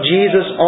Jesus